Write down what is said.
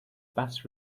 bas